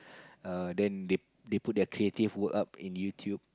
err then they they put their creative work up in YouTube